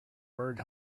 bird